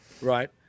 right